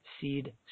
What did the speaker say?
Seed